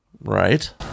Right